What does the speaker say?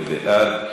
תודה רבה.